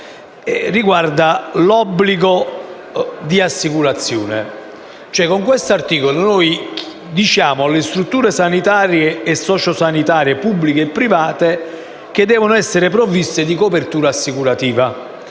riguarda l'obbligo di assicurazione. Nell'articolo 10 diciamo infatti che le strutture sanitarie e sociosanitarie pubbliche e private devono essere provviste di copertura assicurativa;